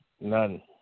None